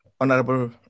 honorable